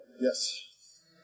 Yes